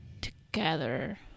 together